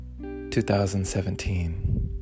2017